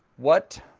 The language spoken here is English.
what.